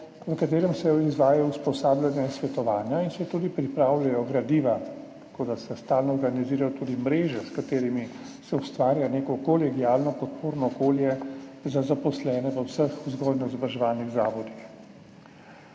v katerem se izvaja usposabljanja in svetovanja in se tudi pripravljajo gradiva, tako da se stalno organizirajo mreže, s katerimi se ustvarja neko kolegialno podporno okolje za zaposlene v vseh vzgojno-izobraževalnih zavodih.